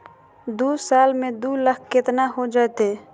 दू साल में दू लाख केतना हो जयते?